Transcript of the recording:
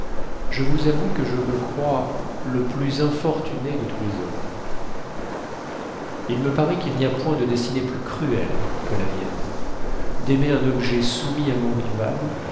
je vous avoue que je me crois le plus infortuné de tous les hommes ït me parait qu'il n'y a point de destinée plus cruelle que la mienne d'aimer un objet soumis à mon rival